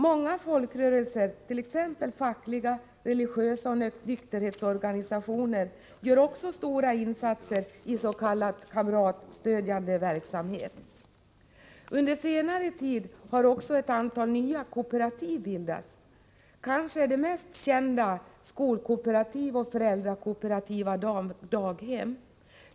Många folkrörelser, t.ex. fackliga, religiösa och nykterhetsorganisationer, gör också stora insatser i s.k. kamratstödjande verksamhet. Under senare tid har också ett antal nya kooperativ bildats. Kanske de mest kända är skolkooperativ och föräldrakooperativa daghem.